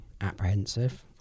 apprehensive